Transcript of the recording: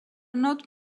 not